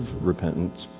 repentance